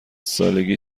سالگی